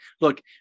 Look